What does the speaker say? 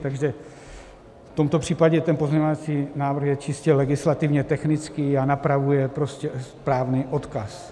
Takže v tomto případě ten pozměňovací návrh je čistě legislativně technický a napravuje správně odkaz.